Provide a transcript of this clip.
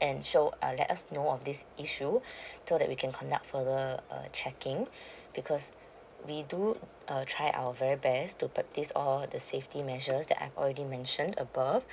and show err let us know of this issue so that we can contact further uh checking because we do err try our very best to practice all the safety measures that I've already mentioned above